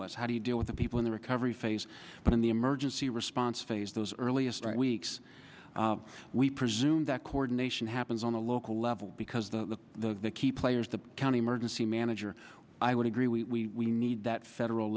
was how do you deal with the people in the recovery phase but in the emergency response phase those earliest weeks we presume that coordination happens on a local level because the the the key players the county emergency manager i would agree we need that federal